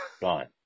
Gone